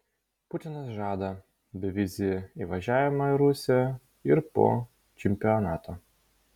putinas žada bevizį įvažiavimą į rusiją ir po čempionato